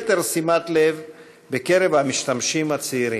אנחנו פותחים כעת דיון מיוחד לרגל יום האינטרנט הבטוח הבין-לאומי.